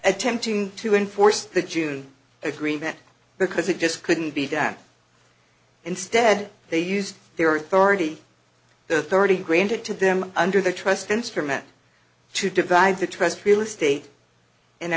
attempting to enforce the june agreement because it just couldn't be done instead they used their thirty to thirty granted to them under the trust instrument to divide the trust real estate in a